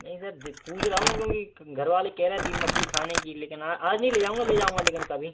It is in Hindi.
नहीं सर दिक पूँछ रहा हूँ क्योंकि घर वाले कह रहे ईल मछली खाने के लिए लेकिन आ आज नहीं ले जाऊँगा लेकिन ले जाऊँगा कभी